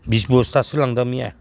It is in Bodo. बिस बस्थासो लांदों मैया